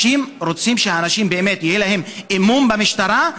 רוצים שלאנשים באמת יהיה אמון במשטרה?